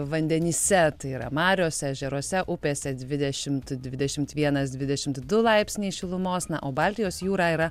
vandenyse tai yra mariose ežeruose upėse dvidešimt dvidešimt vienas dvidešimt du laipsniai šilumos na o baltijos jūra yra